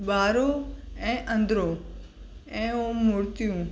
ॿाहिरों ऐं अंदरो ऐं उहो मूर्तियूं